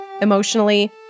emotionally